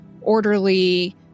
orderly